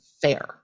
fair